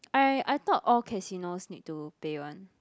I I thought all casinos need to pay one